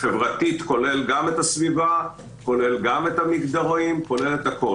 חברתית כולל גם את הסביבה, גם את המגדרים והכול.